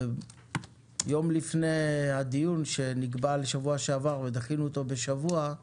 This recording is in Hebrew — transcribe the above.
ויום לפני הדיון שנקבע לשבוע שעבר ודחינו אותו בשבוע,